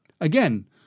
Again